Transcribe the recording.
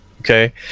Okay